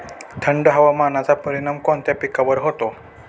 थंड हवामानाचा परिणाम कोणत्या पिकावर होतो?